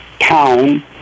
town